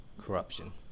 corruption